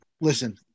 listen